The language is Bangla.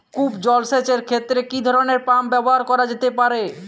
কূপ জলসেচ এর ক্ষেত্রে কি ধরনের পাম্প ব্যবহার করা যেতে পারে?